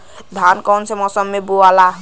धान कौने मौसम मे बोआला?